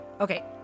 Okay